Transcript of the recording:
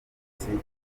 abatutsi